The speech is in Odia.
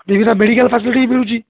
ମେଡ଼ିକାଲ୍ ଫାସିଲିଟି ବି ମିଳୁଛି